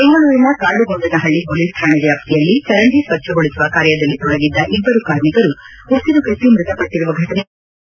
ಬೆಂಗಳೂರಿನ ಕಾಡುಗೊಂಡನ ಹಳ್ಳ ಪೊಲೀಸ್ ಕಾಣೆ ವ್ಯಾಪ್ತಿಯಲ್ಲಿ ಚರಂಡಿ ಸ್ವಚ್ಛಗೊಳಿಸುವ ಕಾರ್ಯದಲ್ಲಿ ತೊಡಗಿದ್ದ ಇಬ್ಬರು ಕಾರ್ಮಿಕರು ಉಸಿರುಗಟ್ಟ ಮೃತಪಟ್ಟರುವ ಫಟನೆ ಸಂಭವಿಸಿದೆ